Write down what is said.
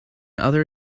other